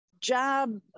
job